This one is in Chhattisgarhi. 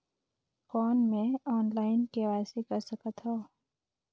कौन मैं ऑनलाइन के.वाई.सी कर सकथव?